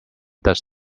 does